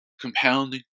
compounding